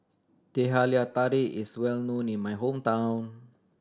Teh Halia Tarik is well known in my hometown